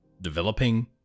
developing